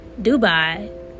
Dubai